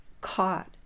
caught